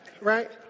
Right